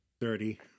Thirty